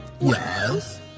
Yes